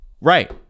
right